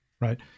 right